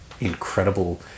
Incredible